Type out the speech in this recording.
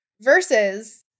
versus